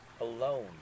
alone